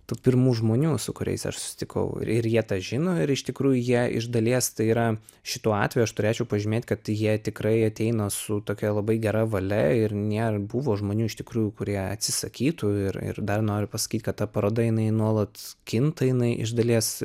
tų pirmų žmonių su kuriais aš susitikau ir ir jie tą žino ir iš tikrųjų jie iš dalies tai yra šituo atveju aš turėčiau pažymėt kad jie tikrai ateina su tokia labai gera valia ir nėra buvo žmonių iš tikrųjų kurie atsisakytų ir ir dar noriu pasakyt kad ta paroda jinai nuolat kinta jinai iš dalies